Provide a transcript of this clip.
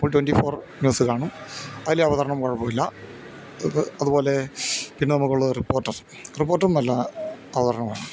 അപ്പോൾ twenty four news കാണും അതിലെ അവതരണം കുഴപ്പമില്ല അത് അതുപോലെ പിന്നെ നമുക്കുള്ളത് റിപ്പോർട്ടർ റിപ്പോർട്ടറും നല്ല അവതരണമാണ്